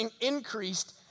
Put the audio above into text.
increased